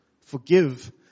Forgive